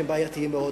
שהם בעייתיים מאוד,